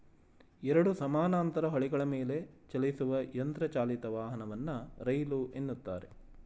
ಎರಡು ಸಮಾನಾಂತರ ಹಳಿಗಳ ಮೇಲೆಚಲಿಸುವ ಯಂತ್ರ ಚಾಲಿತ ವಾಹನವನ್ನ ರೈಲು ಎನ್ನುತ್ತಾರೆ